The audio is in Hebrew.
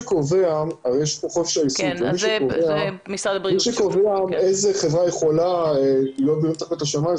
יש כאן את חופש העיסוק ומי שקובע איזו חברה יכולה להיות תחת כיפת השמים,